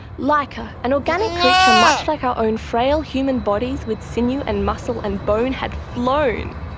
laika, an organic creature much like our own frail human bodies with sinew and muscle and bone had flown,